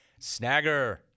Snagger